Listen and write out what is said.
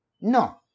No